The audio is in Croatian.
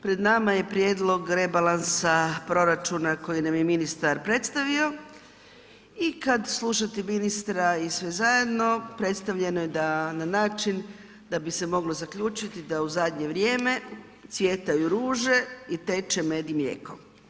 Pred nama je prijedlog rebalansa proračuna kojeg nam je ministar predstavio i kad slušate ministra i sve zajedno, predstavljeno je na način da bi se moglo zaključiti da u zadnje vrijeme cvjetaju ruže i teče med i mlijeko.